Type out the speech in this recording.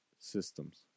Systems